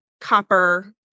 copper